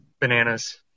bananas